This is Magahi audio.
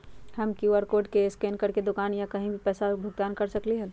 हम कियु.आर कोड स्कैन करके दुकान में या कहीं भी पैसा के भुगतान कर सकली ह?